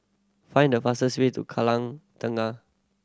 find the fastest way to Kallang Tengah